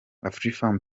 afrifame